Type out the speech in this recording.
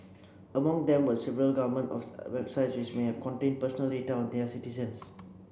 among them were several government websites which may have contained personal data of their citizens